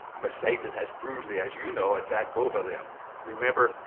but satan has brutally, as you know, attacked both of them. you remember,